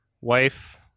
wife